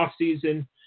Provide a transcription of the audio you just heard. offseason